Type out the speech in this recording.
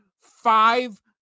five